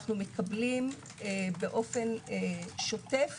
אנו מקבלים באופן שוטף